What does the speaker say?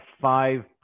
five